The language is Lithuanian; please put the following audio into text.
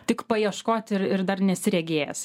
tik paieškoti ir ar dar nesi regėjęs